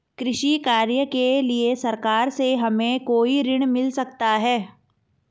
कृषि कार्य के लिए सरकार से हमें कोई ऋण मिल सकता है?